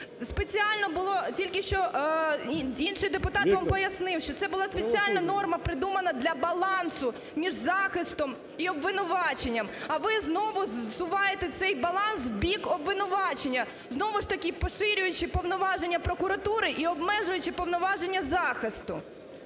Спеціально було тільки що, інший депутат вам пояснив, що це була спеціальна норма придумана для балансу між захистом і обвинуваченням, а ви знову зсуваєте цей баланс в бік обвинувачення, знову ж таки поширюючи повноваження прокуратури і обмежуючи повноваження захисту.